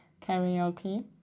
karaoke